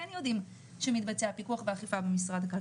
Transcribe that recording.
יודעים שמתבצע פיקוח ואכיפה במשרד הכלכלה.